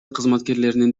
кызматкерлеринин